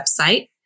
website